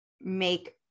make